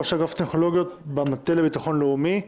ראש ענף טכנולוגיות במטה לביטחון לאומי.